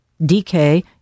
DK